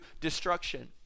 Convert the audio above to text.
destruction